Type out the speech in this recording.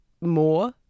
more